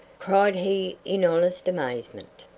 cried he in honest amazement.